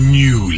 new